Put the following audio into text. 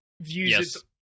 views